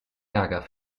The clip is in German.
ärger